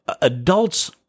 adults